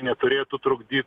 neturėtų trukdyt